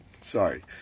Sorry